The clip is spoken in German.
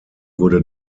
wurde